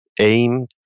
aim